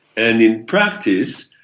and in practice,